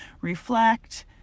reflect